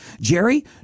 Jerry